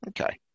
Okay